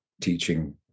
teaching